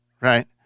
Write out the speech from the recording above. right